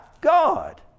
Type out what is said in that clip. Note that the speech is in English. God